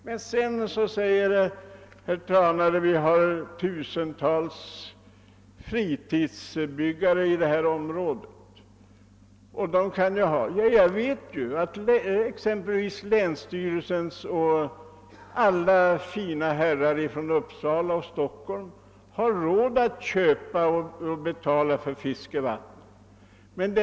Sedan invänder herr Trana: »Vi har ju tusentals fritidsbebyggare i detta område och de skulle ju få större fiskevatten?» Jag vet nog att exempelvis länsstyrelsens tjänstemän och alla fina her rar från Uppsala och Stockholm har råd att betala för fiskevatten.